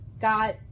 got